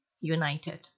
united